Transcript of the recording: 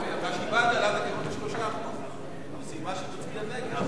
ב-3% וסיימה בכך שהיא מצביעה נגד.